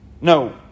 No